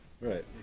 Right